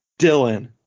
Dylan